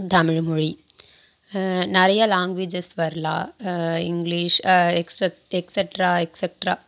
தமிழ்மொழி நிறையா லேங்க்வேஜஸ் வரலாம் இங்கிலீஷ் எக்ஸ்சட்ரா எக்ஸ்சட்ரா